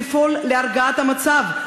לפעול להרגעת המצב.